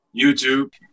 YouTube